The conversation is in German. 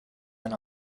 ein